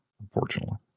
unfortunately